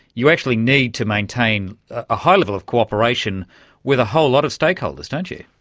you actually need to maintain a high level of cooperation with a whole lot of stakeholders, don't you.